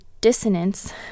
Dissonance